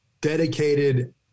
dedicated